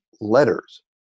letters